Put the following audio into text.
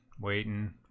waiting